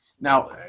now